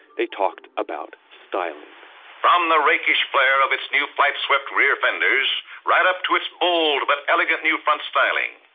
they talked about styling from the rakish flare of its new flight swept rear fenders right up to its bold but elegant new front styling.